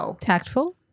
tactful